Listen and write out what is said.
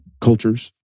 cultures